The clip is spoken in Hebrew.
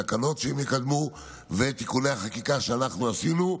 תקנות שהם יקדמו ותיקוני החקיקה שאנחנו עשינו.